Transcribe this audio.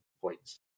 points